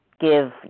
give